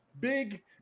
Big